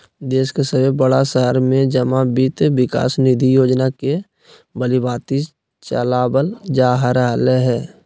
देश के सभे बड़ा शहर में जमा वित्त विकास निधि योजना के भलीभांति चलाबल जा रहले हें